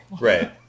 Right